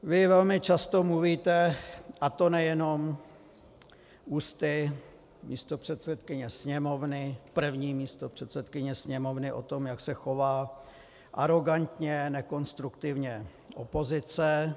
Vy velmi často mluvíte, a to nejenom ústy místopředsedkyně Sněmovny, první místopředsedkyně Sněmovny, o tom, jak se chová arogantně, nekonstruktivně opozice.